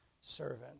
servant